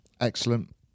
excellent